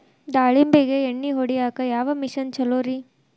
ದಾಳಿಂಬಿಗೆ ಎಣ್ಣಿ ಹೊಡಿಯಾಕ ಯಾವ ಮಿಷನ್ ಛಲೋರಿ?